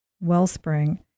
wellspring